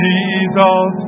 Jesus